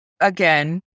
Again